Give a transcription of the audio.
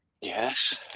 Yes